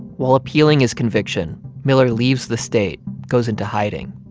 while appealing his conviction, miller leaves the state, goes into hiding.